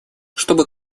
чтобы